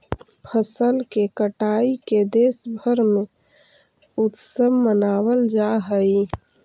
फसल के कटाई के देशभर में उत्सव मनावल जा हइ